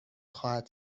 خواهد